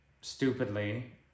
stupidly